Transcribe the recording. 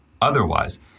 otherwise